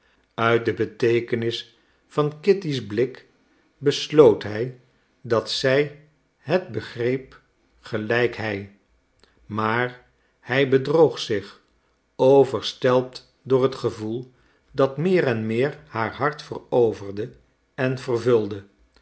uit de beteekenis van kitty's blik besloot hij dat zij het begreep gelijk hij maar hij bedroog zich overstelpt door het gevoel dat meer en meer haar hart veroverde en vervulde